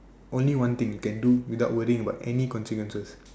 only one thing you can do without worrying about any consequences